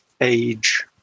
age